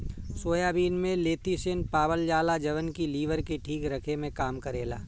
soybean में lecithin पावल जाला जवन की लीवर के ठीक रखे में काम करेला